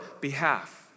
behalf